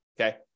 okay